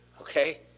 okay